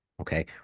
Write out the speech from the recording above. Okay